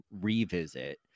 revisit